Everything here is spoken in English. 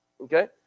Okay